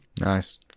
nice